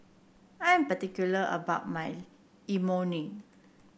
I am particular about my Imoni